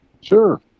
Sure